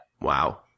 Wow